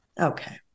Okay